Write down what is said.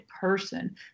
person